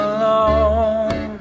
alone